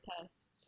test